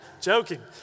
Joking